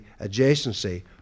adjacency